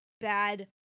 bad